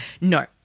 No